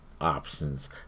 options